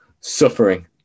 suffering